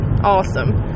Awesome